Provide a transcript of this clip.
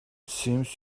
seems